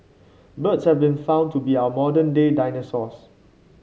birds have been found to be our modern day dinosaurs